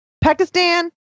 Pakistan